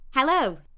Hello